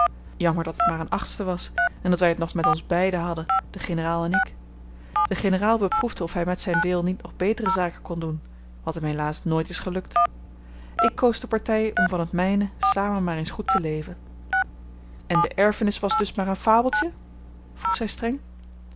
jammer dat het maar een achtste was en dat wij het nog met ons beiden hadden de generaal en ik de generaal beproefde of hij met zijn deel niet nog betere zaken kon doen wat hem helaas nooit is gelukt ik koos de partij om van het mijne samen maar eens goed te leven en de erfenis was dus maar een fabeltje vroeg zij streng